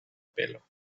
pelo